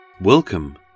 Welcome